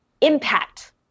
impact